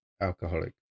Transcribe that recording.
alcoholic